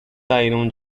saíram